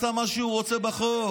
עשה מה שהוא רוצה בחוק.